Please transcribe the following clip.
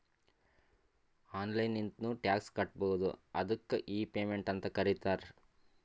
online ಲಿಂತ್ನು tax ಕಟ್ಬೋದು ಅದ್ದುಕ್ ಇ ಪೇಮೆಂಟ್ ಅಂತ್ ಕರೀತಾರ